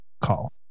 call